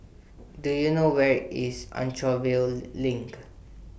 Do YOU know Where IS Anchorvale LINK